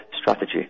strategy